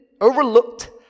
overlooked